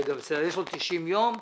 רגע, יש לו 90 יום,